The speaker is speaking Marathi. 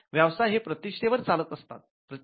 व्यवसाय हे प्रतिष्ठेवर चालत असतात